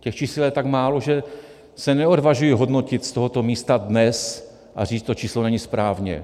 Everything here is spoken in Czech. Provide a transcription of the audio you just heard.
Těch čísel je tak málo, že se neodvažuji hodnotit z tohoto místa dnes a říct: to číslo není správně.